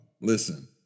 Listen